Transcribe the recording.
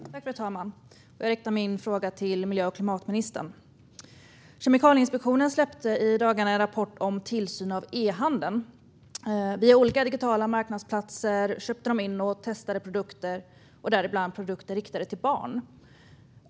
Fru talman! Jag riktar min fråga till miljö och klimatministern. Kemikalieinspektionen släppte i dagarna en rapport om tillsyn av ehandeln. Via olika digitala marknadsplatser köpte man in och testade produkter, däribland produkter riktade till barn.